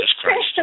Christ